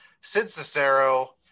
Cicero